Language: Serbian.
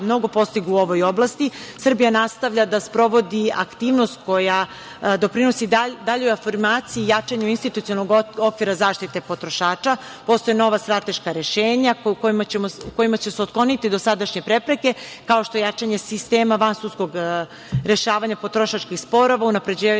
mnogo postigao u ovoj oblasti. Srbija nastavlja da sprovodi aktivnost koja doprinosi daljoj afirmaciji i jačanju institucionalnog okvira zaštite potrošača. Postoje nova strateška rešenja kojima će se otkloniti dosadašnje prepreke, kao što je jačanje sistema vansudskog rešavanja potrošačkih sporova, unapređivanje